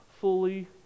fully